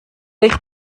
eich